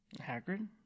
Hagrid